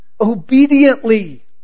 Obediently